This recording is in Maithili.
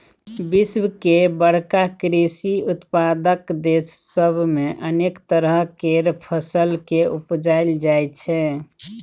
विश्व के बड़का कृषि उत्पादक देस सब मे अनेक तरह केर फसल केँ उपजाएल जाइ छै